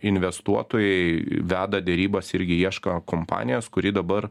investuotojai veda derybas irgi ieško kompanijos kuri dabar